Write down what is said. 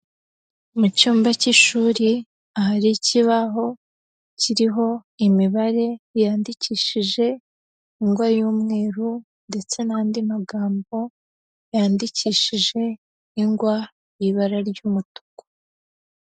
Mu cyumba cy'ishuri ahari ikibaho kiriho imibare yandikishije ingwa y'umweru ndetse n'andi magambo yandikishije ingwa y'ibara ry'umutuku.